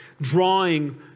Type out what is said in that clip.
Drawing